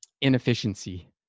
inefficiency